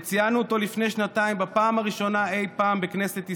וציינו אותו לפני שנתיים בפעם הראשונה אי פעם בכנסת ישראל,